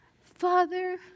Father